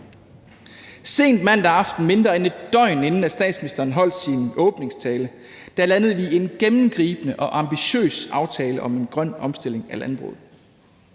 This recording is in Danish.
Sent mandag aften, mindre end et døgn inden statsministeren holdt sin åbningstale, landede vi en gennemgribende og ambitiøs aftale om en grøn omstilling af landbruget.